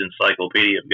Encyclopedia